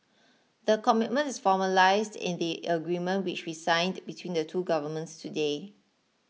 the commitment formalised in the agreement which we signed between the two governments today